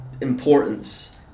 importance